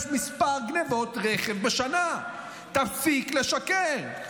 יש מספר גנבות רכב בשנה, תפסיק לשקר.